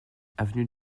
avenue